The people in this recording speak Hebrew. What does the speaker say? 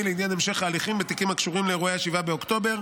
לעניין המשך הליכים בתיקים הקשורים לאירוע 7 באוקטובר.